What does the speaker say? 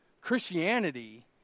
Christianity